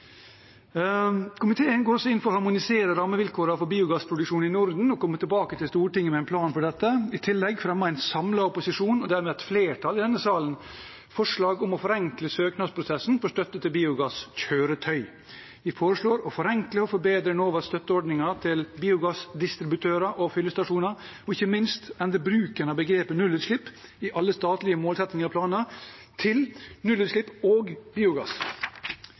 Komiteen går også inn for å harmonisere rammevilkårene for biogassproduksjon i Norden og kommer tilbake til Stortinget med en plan for dette. I tillegg fremmer en samlet opposisjon – og dermed et flertall i denne salen – forslag om å forenkle søknadsprosessen for støtte til biogasskjøretøy. Vi foreslår å forenkle og forbedre Enovas støtteordninger til biogassdistributører og fyllestasjoner, og ikke minst å endre bruken av begrepet «nullutslipp» i alle statlige målsettinger og planer til «nullutslipp og biogass».